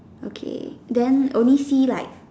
okay then only see like